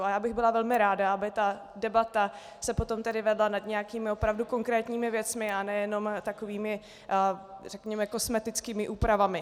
A já bych byla velmi ráda, aby ta debata se potom vedla nad nějakými opravdu konkrétními věcmi a nejen takovými řekněme kosmetickými úpravami.